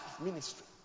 ministry